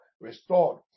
Restored